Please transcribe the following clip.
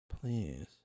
please